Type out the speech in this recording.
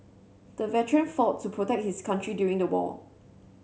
the veteran fought to protect his country during the war